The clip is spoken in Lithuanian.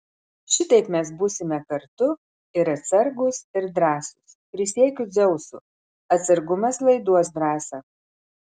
šitaip mes būsime kartu ir atsargūs ir drąsūs prisiekiu dzeusu atsargumas laiduos drąsą